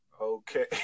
okay